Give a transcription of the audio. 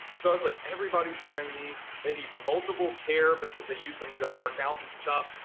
so i was like, everybody's wearing these. they need multiple pair because they use them to go work out and stuff,